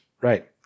right